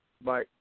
Bye